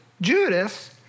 Judas